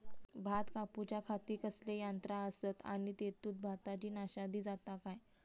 भात कापूच्या खाती कसले यांत्रा आसत आणि तेतुत भाताची नाशादी जाता काय?